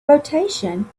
rotation